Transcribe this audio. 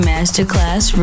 Masterclass